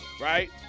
right